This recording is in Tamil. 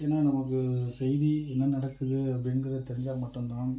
ஏன்னால் நமக்கு செய்தி என்ன நடக்குது அப்படிங்குறது தெரிஞ்சால் மட்டும் தான்